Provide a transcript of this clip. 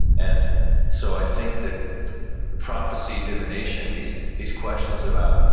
and so i think that prophecy, divination, these these questions about,